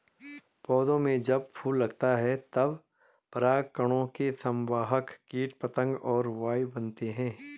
पौधों में जब फूल लगता है तब परागकणों के संवाहक कीट पतंग और वायु बनते हैं